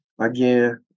again